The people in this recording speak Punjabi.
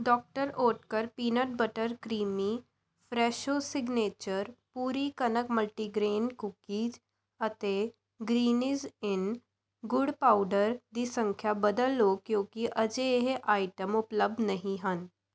doctor Oetker peanut butter creamy Fresho signature ਪੂਰੀ ਕਣਕ ਮਲਟੀਗ੍ਰੇਨ ਕੂਕੀਜ਼ ਅਤੇ ਗਰੀਨਜ਼ ਇੰਨ ਗੁੜ ਪਾਊਡਰ ਦੀ ਸੰਖਿਆ ਬਦਲ ਲਓ ਕਿਉਂਕਿ ਅਜੇ ਇਹ ਆਈਟਮ ਉਪਲੱਬਧ ਨਹੀਂ ਹਨ